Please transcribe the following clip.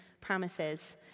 promises